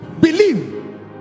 believe